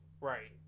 Right